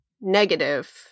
negative